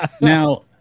Now